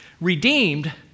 redeemed